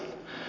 hyvin vähän